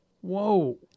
Whoa